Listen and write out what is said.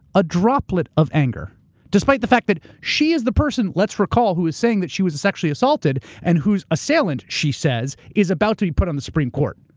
a droplet of anger despite the fact that she is the person, let's recall, who was saying that she was sexually assaulted and whose assailant she says is about to be put on the supreme court.